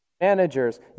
managers